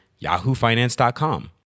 yahoofinance.com